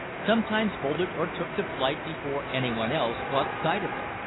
sometimes bolted or took to flight before any one else caught sight of it.